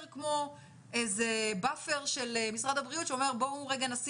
כמו איזה buffer של משרד הבריאות שאומר בואו רגע נשים